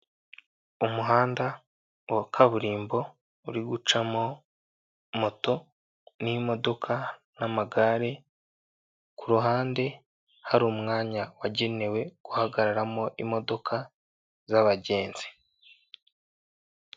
Umuhanda wa kaburimbo uri gucamo moto n'imodoka n'amagare, ku ruhande hari umwanya wagenewe guhagararamo imodoka z'abagenzi.